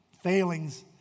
failings